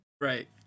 Right